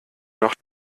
nach